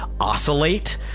oscillate